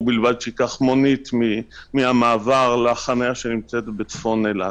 ובלבד שייקחו מונית מן המעבר לחניה שנמצאת בצפון אילת.